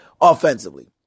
offensively